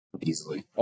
Easily